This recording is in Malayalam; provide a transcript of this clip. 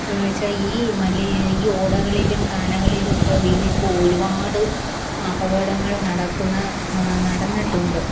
എന്നുവെച്ചാൽ ഈ ഈ ഓടകളിലും കാനകളിലുമൊക്കെ വീണ് ഇപ്പോൾ ഒരുപാട് അപകടങ്ങള് നടക്കുന്ന നടന്നിട്ടുണ്ട്